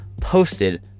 posted